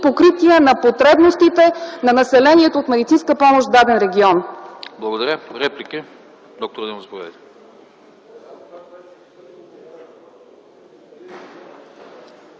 покрития на потребностите на населението от медицинска помощ в даден регион.